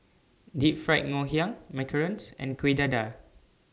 Deep Fried Nhiang Macarons and Kuih Dadar